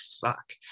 fuck